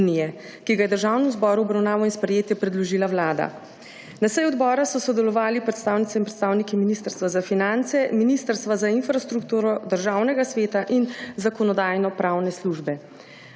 ki ga je Državnemu zboru v obravnavo in sprejetje predložila Vlada. Na seji odbora so sodelovali predstavnice in predstavniki Ministrstva za finance, Ministrstva za infrastrukturo, Državnega sveta in Zakonodajno-pravne službe.